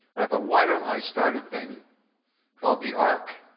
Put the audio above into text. but i thought, why don't i start a thing called the ark.